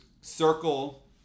circle